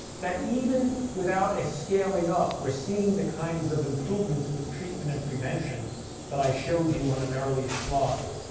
that even without a scaling up we're seeing the kinds of improvements with treatment and prevention that i showed you on an earlier slide.